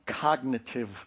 cognitive